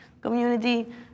community